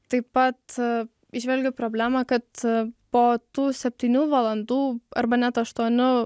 taip pat įžvelgiu problemą kad po tų septynių valandų arba net aštuonių